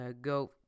go